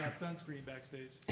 sunscreen backstage.